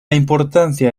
importancia